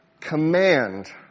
command